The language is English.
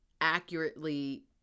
accurately